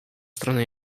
stronę